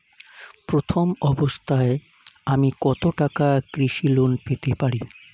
প্রথম অবস্থায় আমি কত টাকা কৃষি লোন পেতে পারি?